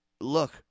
look